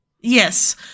yes